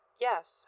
Yes